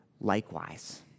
likewise